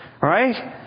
right